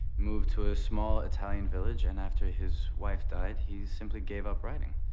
moved to a small italian village and after his wife died, he simply gave up writing.